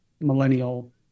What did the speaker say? millennial